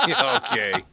Okay